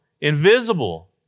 invisible